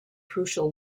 crucial